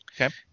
Okay